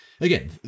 Again